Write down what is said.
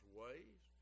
ways